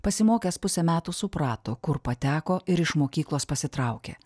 pasimokęs pusę metų suprato kur pateko ir iš mokyklos pasitraukė